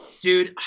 Dude